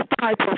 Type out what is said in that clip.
type